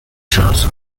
charles